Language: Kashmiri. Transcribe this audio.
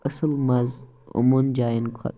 اَصٕل مَزٕ یِمَن جاٮ۪ن کھۄتہٕ